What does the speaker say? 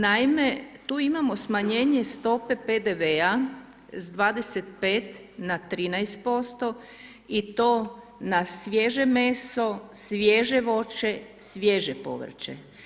Naime, tu imamo smanjenje stope PDV-a s 25 na 13% i to na svježe meso, svježe voće, svježe povrće.